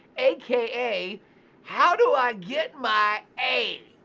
aka how do i get my a?